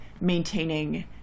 maintaining